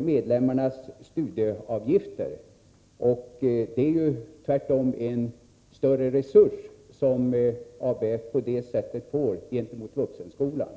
medlemmarnas studieavgifter. På det sättet har således ABF en större resurs än Vuxenskolan.